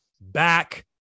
back